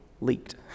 leaked